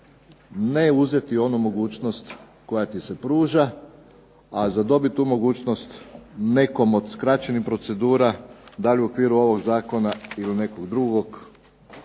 ne uzeti onu mogućnost koja ti se pruža, a za dobiti tu mogućnost nekom od skraćenih procedura da li u okviru ovog zakona ili nekog drugo,